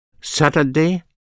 Saturday